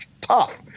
tough